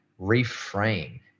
reframe